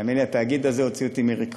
תאמין לי, התאגיד הזה הוציא אותי מריכוז.